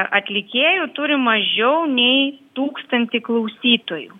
atlikėjų turi mažiau nei tūkstantį klausytojų